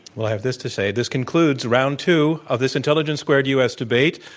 well, i have this to say. this concludes round two of this intelligence squared u. s. debate,